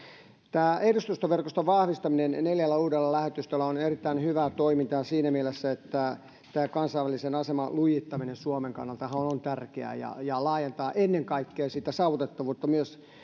tämä edustustoverkoston vahvistaminen neljällä uudella lähetystöllä on erittäin hyvää toimintaa siinä mielessä että tämä kansainvälisen aseman lujittaminenhan suomen kannalta on on tärkeää ja ja laajentaa ennen kaikkea saavutettavuutta myös